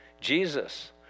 Jesus